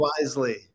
wisely